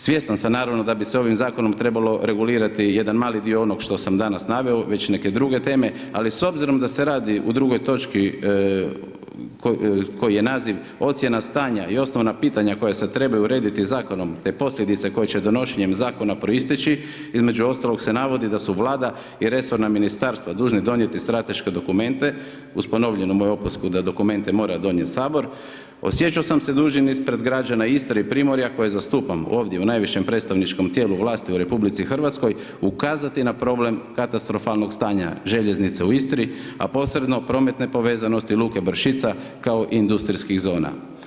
Svjestan sam naravno da bi se ovim zakonom trebalo regulirati jedan mali dio onog što sam malo naveo, već neke druge teme, al s obzirom da se radi u drugoj točki, kojoj je naziv ocjena stanja i osnovna pitanja koja se trebaju urediti zakonom, te posljedice koje će donošenjem zakona proisteći, između ostalog se navodi da su vlada i resorna ministarstva dužni donijeti strateške dokumente, uz ponovljenu moju opasku, da dokumente mora donijeti Sabor, osjećao sam se dužnim ispred građana Istre i Primorja koje zastupam ovdje u najvišem predstavničkom tijelu vlasti u RH, ukazati na problem katastrofalnog stanja željeznica u Istri, a posebno prometne povezanosti luke Bršica kao industrijskih zona.